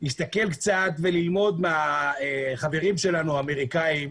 להסתכל קצת וללמוד מהחברים שלנו האמריקאים.